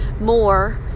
more